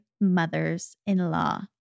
mothers-in-law